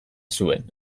zuen